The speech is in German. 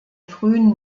frühen